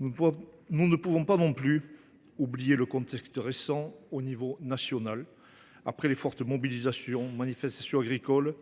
Nous ne pouvons pas non plus oublier le contexte national récent. Après les fortes mobilisations et manifestations agricoles